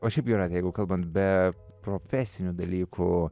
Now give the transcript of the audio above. o šiaip jūrate jeigu kalbant be profesinių dalykų